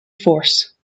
force